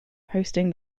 hosting